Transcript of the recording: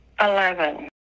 Eleven